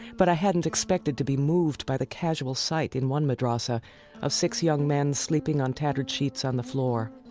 but i hadn't expected to be moved by the casual sight in one madrasa of six young men sleeping on tattered sheets on the floor.